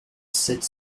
sept